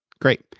great